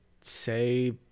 say